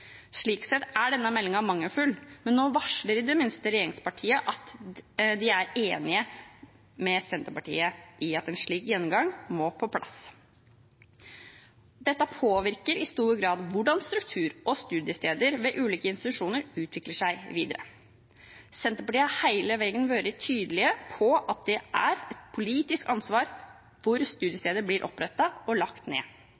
Slik sett er denne meldingen mangelfull, men nå varsler i det minste regjeringspartiene at de er enige med Senterpartiet i at en slik gjennomgang må på plass. Dette påvirker i stor grad hvordan struktur og studiesteder ved ulike institusjoner utvikler seg videre. Senterpartiet har hele veien vært tydelig på at det er et politisk ansvar hvor studiesteder blir opprettet og lagt ned.